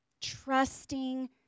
trusting